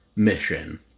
Mission